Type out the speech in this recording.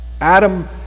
Adam